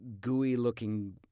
gooey-looking